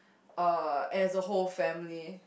uh as a whole family